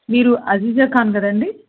మీరు అజీజా ఖాన్ కదండి